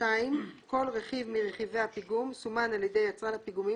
(2)כל רכיב מרכיבי הפיגום סומן על ידי יצרן הפיגומים